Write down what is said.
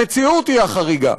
המציאות היא החריגה.